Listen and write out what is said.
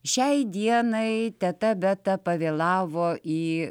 šiai dienai teta beta pavėlavo į